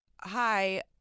Hi